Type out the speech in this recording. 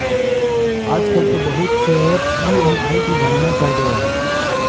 आजकल तो बहुत से ऐपस ई.एम.आई की गणना कर देवअ हई